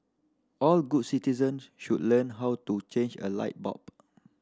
all good citizens should learn how to change a light bulb